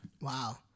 Wow